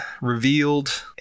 revealed